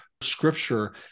Scripture